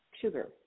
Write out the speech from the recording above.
sugar